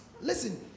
Listen